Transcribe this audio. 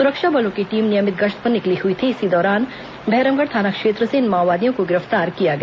सुरक्षा बलों की टीम नियमित गश्त पर निकली हुई थी इसी दौरान भैरमगढ़ थाना क्षेत्र से इन माओवादियों को गिरफ्तार किया गया